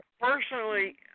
personally